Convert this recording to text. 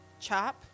chop